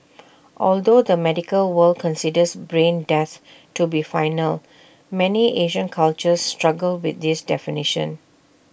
although the medical world considers brain death to be final many Asian cultures struggle with this definition